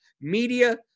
media